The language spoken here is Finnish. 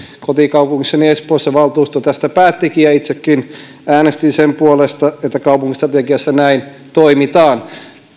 kotikaupungissani espoossa valtuusto tästä päättikin ja itsekin äänestin sen puolesta että kaupungin strategiassa näin toimitaan